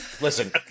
Listen